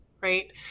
Right